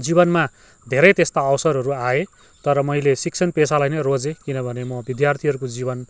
जीवनमा धेरै त्यस्ता अवसरहरू आए तर मैले शिक्षण पेसालाई नै रोजेँ किनभने म विद्यार्थीहरूको जीवन